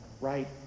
right